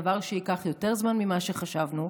דבר שייקח יותר זמן ממה שחשבנו.